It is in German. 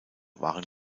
waren